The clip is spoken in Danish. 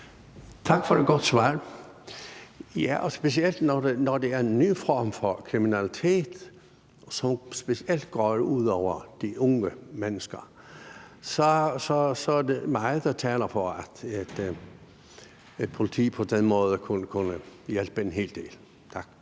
Tak for et godt svar. Specielt når det er en ny form for kriminalitet, som specielt går ud over de unge mennesker, så er der meget, der taler for, at et politi på den måde kunne hjælpe en hel del. Tak.